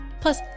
Plus